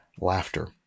laughter